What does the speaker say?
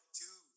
two